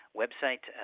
website